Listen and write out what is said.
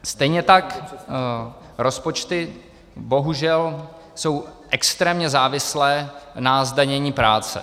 Stejně tak rozpočty bohužel jsou extrémně závislé na zdanění práce.